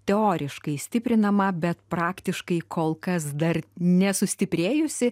teoriškai stiprinamą bet praktiškai kol kas dar nesustiprėjusį